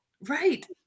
Right